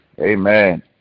amen